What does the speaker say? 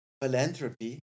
philanthropy